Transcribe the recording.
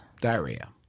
Diarrhea